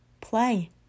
Play